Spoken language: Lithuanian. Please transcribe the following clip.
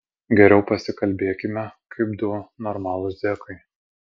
geriau pasikalbėkime kaip du normalūs zekai